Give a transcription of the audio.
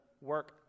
work